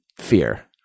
fear